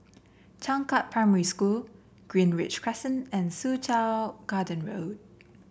Changkat Primary School Greenridge Crescent and Soo Chow Garden Road